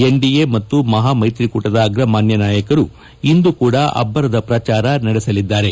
NDA ಮತ್ತು ಮಹಾ ಮೈತ್ರಿಕೂಟದ ಅಗ್ರಮಾನ್ಯ ನಾಯಕರು ಇಂದು ಕೂಡ ಅಬ್ಬರದ ಪ್ರಚಾರ ನಡೆಸಲಿದ್ದಾರೆ